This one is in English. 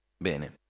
Bene